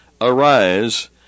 Arise